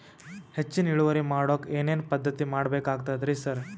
ಹೆಚ್ಚಿನ್ ಇಳುವರಿ ಮಾಡೋಕ್ ಏನ್ ಏನ್ ಪದ್ಧತಿ ಮಾಡಬೇಕಾಗ್ತದ್ರಿ ಸರ್?